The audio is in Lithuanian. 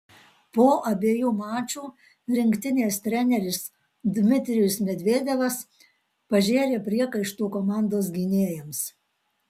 po abiejų mačų rinktinės treneris dmitrijus medvedevas pažėrė priekaištų komandos gynėjams